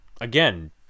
again